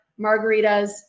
margaritas